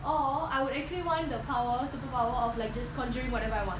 or I would actually want the power superpower of like just conjuring whatever I want